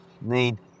need